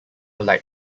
light